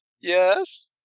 Yes